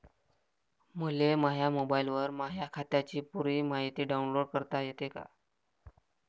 मले माह्या मोबाईलवर माह्या खात्याची पुरी मायती डाऊनलोड करता येते का?